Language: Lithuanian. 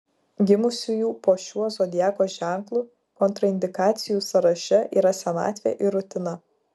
gimusiųjų po šiuo zodiako ženklu kontraindikacijų sąraše yra senatvė ir rutina